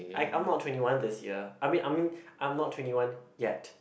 I I'm not twenty one this year I mean I mean I'm not twenty one yet